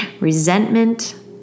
resentment